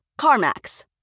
CarMax